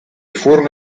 furono